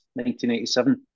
1987